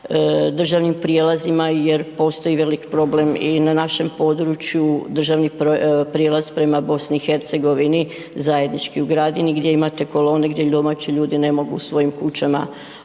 državnim prijelazima jer postoji velik problem i na našem području, državni prijelaz prema BiH, zajednički u Gradini gdje imate kolone gdje domaći ljudi ne mogu svojim kućama doći